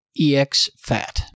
EXFAT